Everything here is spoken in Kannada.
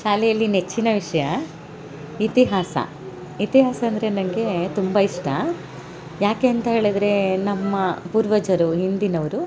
ಶಾಲೆಯಲ್ಲಿ ನೆಚ್ಚಿನ ವಿಷಯ ಇತಿಹಾಸ ಇತಿಹಾಸ ಅಂದರೆ ನನಗೆ ತುಂಬ ಇಷ್ಟ ಯಾಕೆ ಅಂತ ಹೇಳಿದರೆ ನಮ್ಮ ಪೂರ್ವಜರು ಹಿಂದಿನವರು